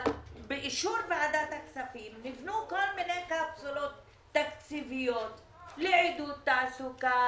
אבל באישור ועדת הכספים נבנו כל מיני קפסולות תקציביות לעידוד תעסוקה,